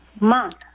month